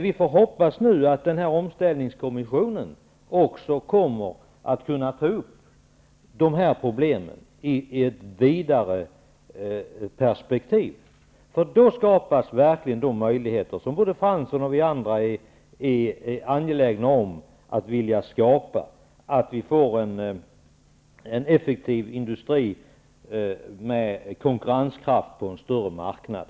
Vi får nu hoppas att omställningskommissionen också kommer att ta upp dessa problem i ett vidare perspektiv. Då skapas verkligen de möjligheter som både Jan Fransson och vi andra är angelägna om, dvs. möjligheter till en effektiv industri med konkurrenskraft på en större marknad.